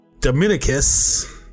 Dominicus